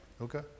Okay